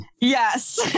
yes